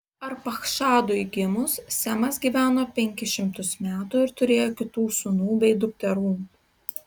arpachšadui gimus semas gyveno penkis šimtus metų ir turėjo kitų sūnų bei dukterų